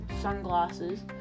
sunglasses